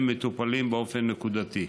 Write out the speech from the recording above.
הם מטופלים באופן נקודתי.